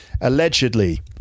Allegedly